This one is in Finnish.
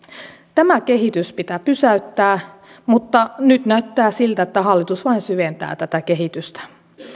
tämä kehitys pitää pysäyttää mutta nyt näyttää siltä että hallitus vain syventää tätä kehitystä